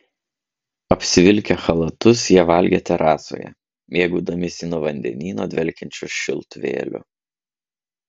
apsivilkę chalatus jie valgė terasoje mėgaudamiesi nuo vandenyno dvelkiančiu šiltu vėjeliu